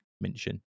mention